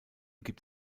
gibt